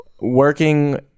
working